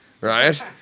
right